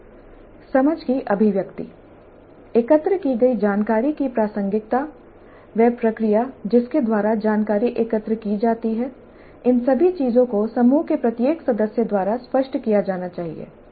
समझ की अभिव्यक्ति एकत्र की गई जानकारी की प्रासंगिकता वह प्रक्रिया जिसके द्वारा जानकारी एकत्र की जाती है इन सभी चीजों को समूह के प्रत्येक सदस्य द्वारा स्पष्ट किया जाना चाहिए